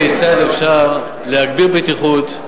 כיצד אפשר להגביר בטיחות,